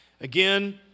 Again